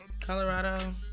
Colorado